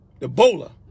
Ebola